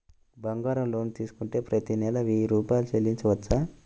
బంగారం లోన్ తీసుకుంటే ప్రతి నెల వెయ్యి రూపాయలు చెల్లించవచ్చా?